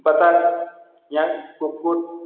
बतख या कुक्कुट